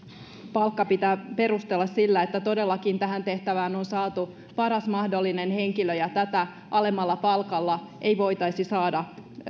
palkka pitää perustella sillä että todellakin tähän tehtävään on saatu paras mahdollinen henkilö ja tätä alemmalla palkalla ei voitaisi saada